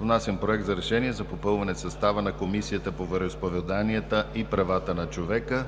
внасям Проект за решение за попълване състава на Комисията по вероизповеданията и правата на човека.